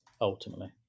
ultimately